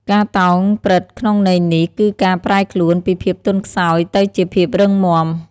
ការតោងព្រឹត្តិក្នុងន័យនេះ គឺការប្រែខ្លួនពីភាពទន់ខ្សោយទៅជាភាពរឹងមាំ។